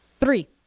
Three